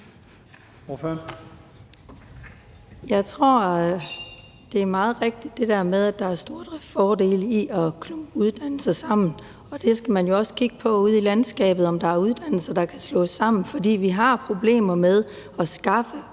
Jeg tror, det er meget rigtigt, at der er stordriftsfordele i at klumpe uddannelser sammen, og der skal man jo også kigge på, om der ude i landskabet er uddannelser, der kan slås sammen. For vi har problemer med at skaffe unge